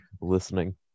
listening